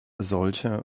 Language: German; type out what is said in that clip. solche